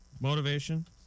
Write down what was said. motivation